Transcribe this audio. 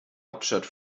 hauptstadt